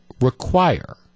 require